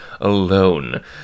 alone